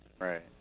Right